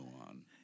on